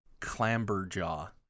Clamberjaw